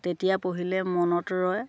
তেতিয়া পঢ়িলে মনত ৰয়